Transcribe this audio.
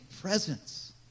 presence